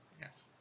Yes